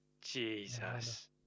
Jesus